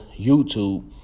YouTube